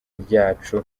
ryacu